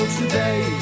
today